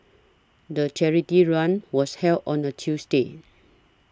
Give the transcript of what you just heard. the charity run was held on a Tuesday